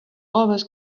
always